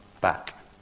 back